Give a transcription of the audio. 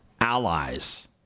allies